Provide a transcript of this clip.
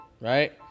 right